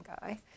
guy